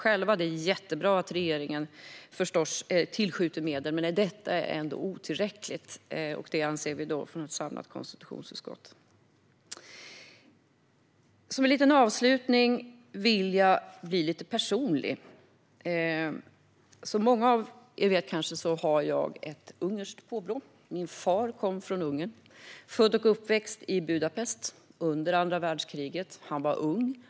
Det är självklart jättebra att regeringen tillskjuter medel, men det är otillräckligt, vilket ett samlat konstitutionsutskott anser. Avslutningsvis vill jag bli lite personlig. Som många av er kanske vet har jag ungerskt påbrå. Min far kom från Ungern. Han är född och uppväxt i Budapest under andra världskriget. Han var ung då.